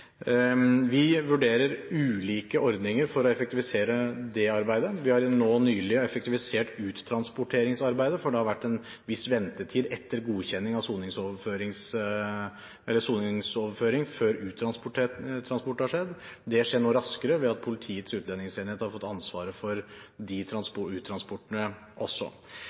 Vi vurderer ulike ordninger for å effektivisere det arbeidet. Vi har nylig effektivisert uttransporteringsarbeidet, for det har vært en viss ventetid etter godkjenning av soningsoverføring til uttransportering har skjedd. Det skjer nå raskere, ved at Politiets utlendingsenhet har fått ansvaret for de uttransporteringene også.